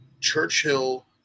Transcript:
Churchill